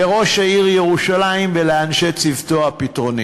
לראש העיר ירושלים ולאנשי צוותו הפתרונים.